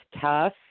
tough